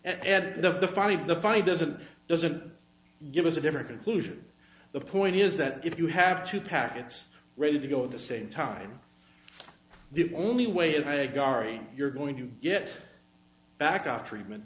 at the funny the funny doesn't doesn't give us a different conclusion the point is that if you have two packets ready to go at the same time the only way they garri you're going to get back up treatment